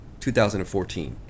2014